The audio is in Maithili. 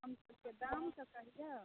आम सबके दाम तऽ कहियौ